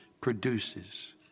produces